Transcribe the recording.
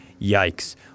yikes